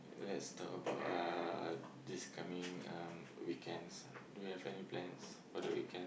let's talk about uh this coming um weekend do we have any plans for the weekends